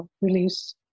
release